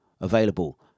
available